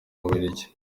bubiligi